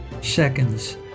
seconds